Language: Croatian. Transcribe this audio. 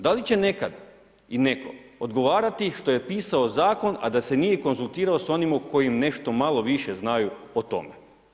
Da li će nekad i netko odgovarati što je pisao zakon, a da se nije konzultirao sa onima o kojima nešto malo više znaju o tome.